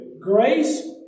grace